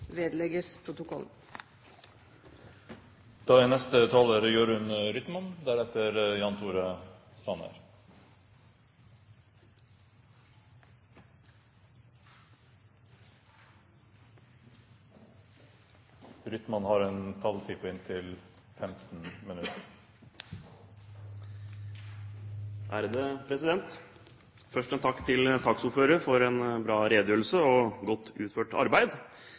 vedlegges protokollen. Først en takk til saksordføreren for en bra redegjørelse og godt utført arbeid,